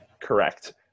Correct